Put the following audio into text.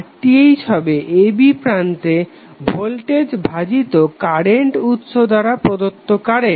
RTh হবে a b প্রান্তে voltage ভাজিত কারেন্ট উৎস দ্বারা প্রদত্ত কারেন্ট